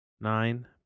nine